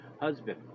husband